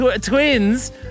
twins